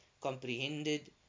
comprehended